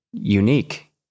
Unique